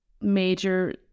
major